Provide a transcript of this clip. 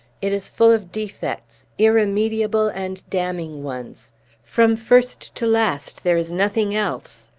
it is full of defects irremediable and damning ones from first to last, there is nothing else!